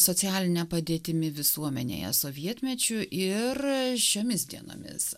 socialine padėtimi visuomenėje sovietmečiu ir šiomis dienomis